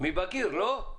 מבגיר, לא?